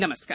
नमस्कार